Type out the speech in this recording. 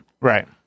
Right